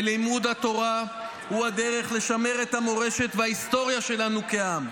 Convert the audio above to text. ולימוד התורה הוא הדרך לשמר את המורשת וההיסטוריה שלנו כעם.